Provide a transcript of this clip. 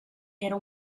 era